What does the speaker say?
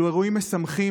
אלו אירועים משמחים.